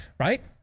Right